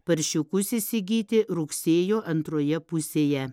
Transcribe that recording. paršiukus įsigyti rugsėjo antroje pusėje